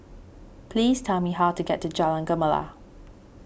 please tell me how to get to Jalan Gemala